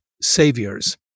saviors